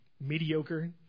mediocre